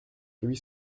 huit